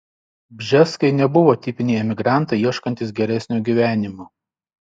bžeskai nebuvo tipiniai emigrantai ieškantys geresnio gyvenimo